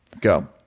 Go